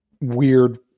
weird